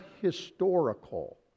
historical